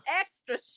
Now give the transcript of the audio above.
extra